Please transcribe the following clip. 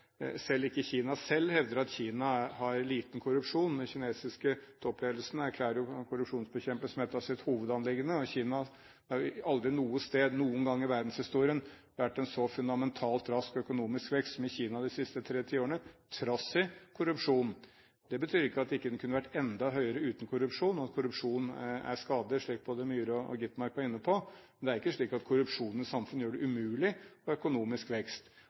Selv ikke Kina selv hevder at Kina har liten korrupsjon. Den kinesiske toppledelsen erklærer korrupsjonsbekjempelse som et av sine hovedanliggender. Det har aldri noe sted noen gang i verdenshistorien vært en så fundamentalt rask økonomisk vekst som i Kina de siste tre tiårene trass i korrupsjon. Det betyr ikke at den ikke kunne vært enda høyere uten korrupsjon – korrupsjon er skadelig, slik både Myhre og Skovholt Gitmark var inne på. Men det er ikke slik at korrupsjon i et samfunn gjør det umulig å ha økonomisk vekst.